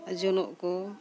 ᱡᱚᱱᱚᱜ ᱠᱚ